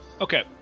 okay